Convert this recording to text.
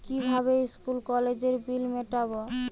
কিভাবে স্কুল কলেজের বিল মিটাব?